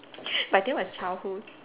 but that was childhood